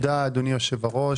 תודה, אדוני היושב-ראש,